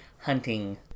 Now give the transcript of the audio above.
hunting